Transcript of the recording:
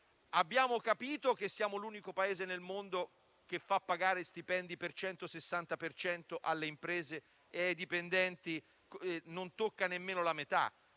Abbiamo capito che siamo l'unico Paese al mondo che fa pagare stipendi per il 160 per cento alle imprese e ai dipendenti non tocca nemmeno la metà?